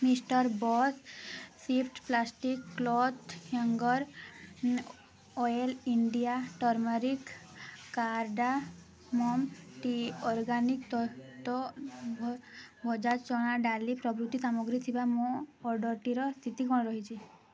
mister Boss Swift plastic cloth hanger ନେ oil India turmeric cardamom tea organic Tattva ଭ ଭଜା ଚଣା ଡାଲି ପ୍ରଭୃତି କାମଗ୍ରୀ ଥିବା ମୋ ଅର୍ଡ଼ର୍ଟିର ସ୍ଥିତି କ'ଣ ରହିଛି